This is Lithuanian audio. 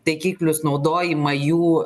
taikiklius naudojimą jų